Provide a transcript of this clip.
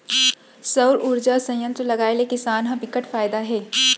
सउर उरजा संयत्र लगाए ले किसान ल बिकट फायदा हे